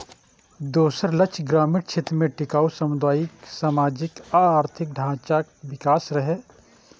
दोसर लक्ष्य ग्रामीण क्षेत्र मे टिकाउ सामुदायिक, सामाजिक आ आर्थिक ढांचाक विकास रहै